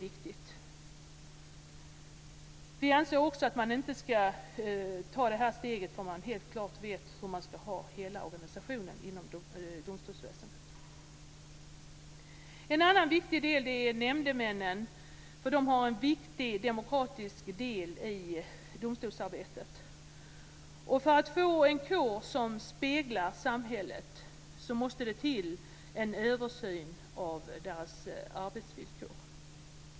Vi anser också att man inte ska ta det här steget förrän man helt klart vet hur man ska ha hela organisationen inom domstolsväsendet. En annan viktig del handlar om nämndemännen. De har en viktig demokratisk del i domstolsarbetet. För att få en kår som speglar samhället måste det till en översyn av deras arbetsvillkor.